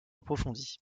approfondie